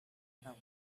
other